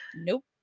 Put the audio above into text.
nope